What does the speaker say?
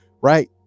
Right